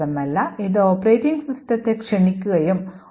മാത്രമല്ല ഇത് ഓപ്പറേറ്റിംഗ് സിസ്റ്റത്തെ ക്ഷണിക്കുകയും ചെയ്യുന്നു